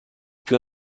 più